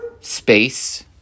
space